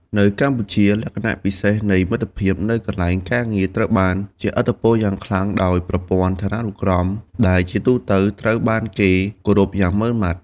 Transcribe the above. នៅកម្ពុជា លក្ខណៈពិសេសនៃមិត្តភាពនៅកន្លែងការងារត្រូវបានជះឥទ្ធិពលយ៉ាងខ្លាំងដោយប្រព័ន្ធឋានានុក្រម ដែលជាទូទៅត្រូវបានគេគោរពយ៉ាងម៉ឺងម៉ាត់។